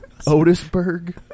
Otisburg